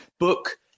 book